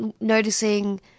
noticing